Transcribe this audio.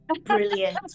Brilliant